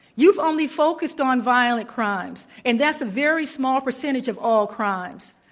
you've only focused on violent crimes and that's a very small percentage of all crimes.